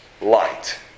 light